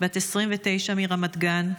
בת 29 מרמת גן.